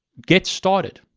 get started.